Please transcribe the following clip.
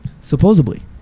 supposedly